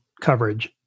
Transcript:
coverage